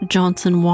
Johnson